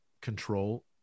control